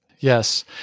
Yes